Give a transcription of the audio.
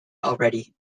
already